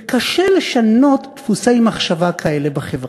וקשה לשנות דפוסי מחשבה כאלה בחברה,